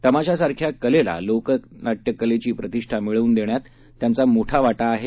तमाशासारख्या कलेला लोकनाट्यकलेची प्रतिष्ठा मिळवून देण्यात त्यांचा मोठा वाटा आहे